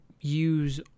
use